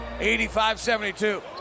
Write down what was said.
85-72